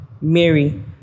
Mary